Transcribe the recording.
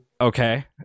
okay